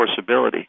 enforceability